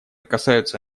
касаются